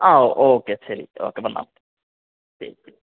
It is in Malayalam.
ആ ഓ ഓക്കെ ശരി ഓക്കെ വന്നുകൊള്ളൂ ശരി